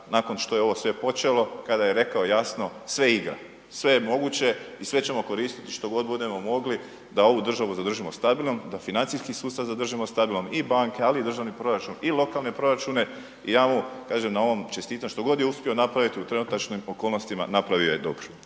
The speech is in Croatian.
nakon što je sve ovo počelo kada je rekao jasno sve igra, sve je moguće i sve ćemo koristiti što god budemo mogli da ovu državu zadržimo stabilnom, da financijski sustav zadržimo stabilnim i banke, ali i državni proračun i lokalne proračune i ja mu na ovom čestitam što god je uspio napraviti u trenutačnim okolnostima napravio je dobro